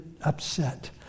upset